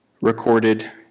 recorded